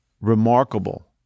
remarkable